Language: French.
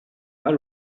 mal